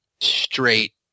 straight